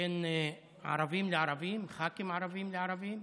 בין ערבים לערבים, ח"כים ערבים לערבים,